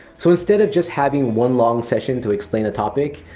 so instead of just having one long session to explain a topic,